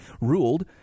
ruled